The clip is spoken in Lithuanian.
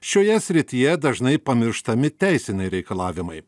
šioje srityje dažnai pamirštami teisiniai reikalavimai